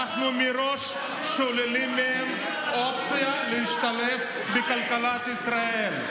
אנחנו שוללים ממנו מראש אופציה להשתלב בכלכלת ישראל.